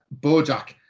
Bojack